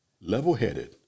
level-headed